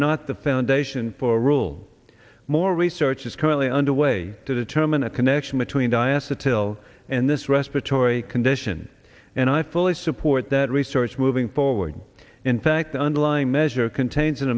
not the foundation for rule more research is currently underway to determine a connection between diaster till and this respiratory condition and i fully support that research moving forward in fact the underlying measure contains